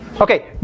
okay